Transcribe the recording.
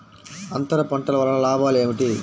అంతర పంటల వలన లాభాలు ఏమిటి?